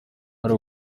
hari